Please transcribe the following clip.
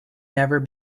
never